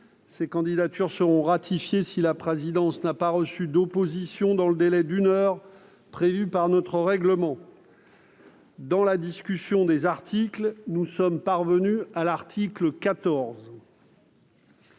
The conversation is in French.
Ces candidatures seront ratifiées si la présidence n'a pas reçu d'opposition dans le délai d'une heure prévue par notre règlement. Dans la discussion des articles, nous en sommes parvenus, au sein